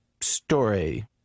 story